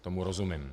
Tomu rozumím.